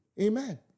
Amen